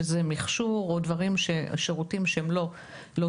שזה מכשור או שירותים שהם לא תרופות.